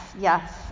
yes